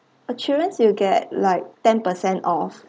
uh children you get like ten per cent of